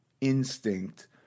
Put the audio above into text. instinct